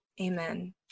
Amen